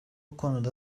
konuda